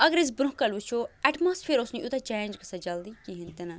اَگر أسۍ برٛونٛہہ کالہِٕ وُچھو ایٹماسفِیَر اوسنہٕ یوٗتاہ چینج گَژھان جلدی کِہیٖنٛۍ تہِ نہٕ